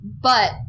But-